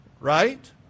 Right